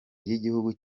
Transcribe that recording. ry’igihugu